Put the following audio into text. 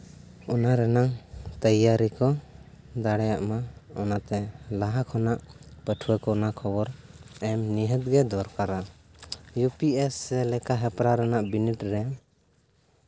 ᱚᱱᱟ ᱨᱮᱱᱟᱝ ᱛᱮᱭᱟᱨᱤ ᱠᱚ ᱫᱟᱲᱮᱭᱟᱜᱼᱢᱟ ᱚᱱᱟᱛᱮ ᱞᱟᱦᱟ ᱠᱷᱚᱱᱟᱜ ᱯᱟᱹᱴᱷᱩᱣᱟᱹ ᱠᱚ ᱚᱱᱟ ᱠᱷᱚᱵᱚᱨ ᱱᱤᱦᱟᱹᱛ ᱜᱮ ᱫᱚᱨᱠᱟᱨᱟ ᱤᱭᱩ ᱯᱤ ᱮᱥ ᱥᱤ ᱞᱮᱠᱟ ᱦᱮᱯᱨᱟᱣ ᱨᱮᱱᱟᱜ ᱵᱤᱱᱤᱰ ᱨᱮ